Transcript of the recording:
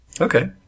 Okay